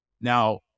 Now